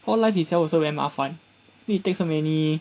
hall life itself also went very 麻烦 need to take so many